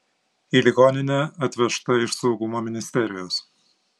į ligoninę atvežta iš saugumo ministerijos